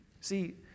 See